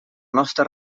nostre